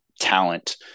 talent